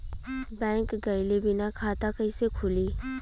Bank गइले बिना खाता कईसे खुली?